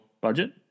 budget